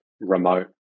remote